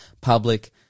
public